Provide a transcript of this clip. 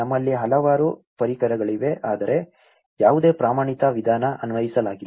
ನಮ್ಮಲ್ಲಿ ಹಲವಾರು ಪರಿಕರಗಳಿವೆ ಆದರೆ ಯಾವುದೇ ಪ್ರಮಾಣಿತ ವಿಧಾನ ಅನ್ವಯಿಸಲಾಗಿಲ್ಲ